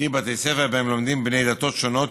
קרי בתי ספר שבהם לומדים בני דתות שונות,